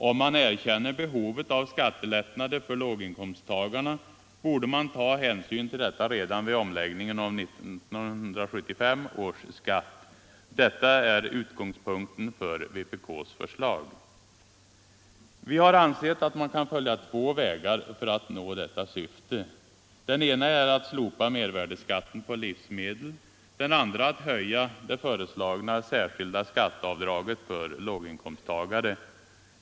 Om man erkänner behovet av skattelättnader för låginkomsttagarna borde man ta hänsyn till detta redan vid omläggningen av 1975 års skatt. Detta är utgångspunkten för vpk:s förslag. Vi har ansett att man kan följa två vägar för att nå detta syfte. Den ena är att slopa mervärdeskatten på livsmedel, den andra att höja det föreslagna särskilda skatteavdraget för låginkomsttagare.